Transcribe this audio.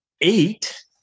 Eight